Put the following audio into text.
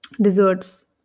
Desserts